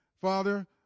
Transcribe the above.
father